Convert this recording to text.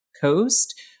coast